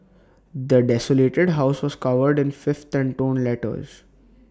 the desolated house was covered in filth and torn letters